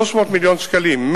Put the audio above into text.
300 מיליון שקלים,